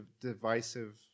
divisive